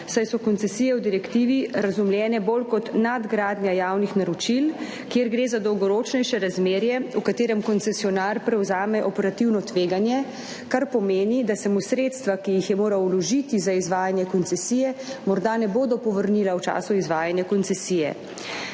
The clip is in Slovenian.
saj so koncesije v direktivi razumljene bolj kot nadgradnja javnih naročil, kjer gre za dolgoročnejše razmerje, v katerem koncesionar prevzame operativno tveganje, kar pomeni, da se mu sredstva, ki jih je moral vložiti za izvajanje koncesije, morda ne bodo povrnila v času izvajanja koncesije.